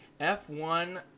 F1